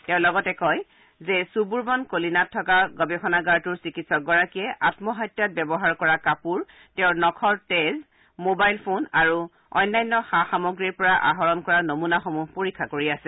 তেওঁ লগতে কয় যে ছুবুৰবন কলিনাত থকা গৱেষণাগাৰটোৱে চিকিৎসকগৰাকীয়ে আম্মহত্যাত ব্যৱহাৰ কৰা কাপোৰ তেওঁৰ নখৰ তেজ ম'বাইল ফোন আৰু আন সা সামগ্ৰীৰ পৰা আহৰণ কৰা নমুনাসমূহ পৰীক্ষা কৰি আছে